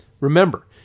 Remember